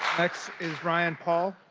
next is ryan paul.